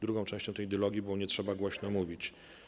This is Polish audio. Drugą częścią tej dylogii było „Nie trzeba głośno mówić”